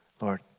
Lord